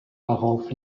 darauf